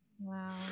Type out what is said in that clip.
Wow